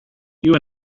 you